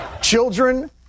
Children